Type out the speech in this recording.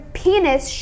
penis